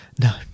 No